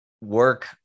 work